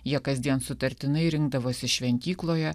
jie kasdien sutartinai rinkdavosi šventykloje